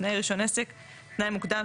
"תנאי רישיון עסק" תנאי מוקדם,